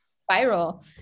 spiral